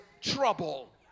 trouble